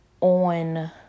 on